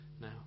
now